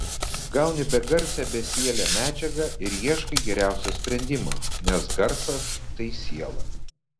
gauni begarsę besielę medžiagą ir ieškai geriausio sprendimo nes garsas tai siela